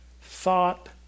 thought